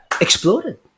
exploded